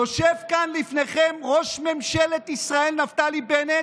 יושב כאן לפניכם ראש ממשלת ישראל נפתלי בנט,